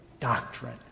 doctrine